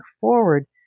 forward